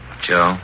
Joe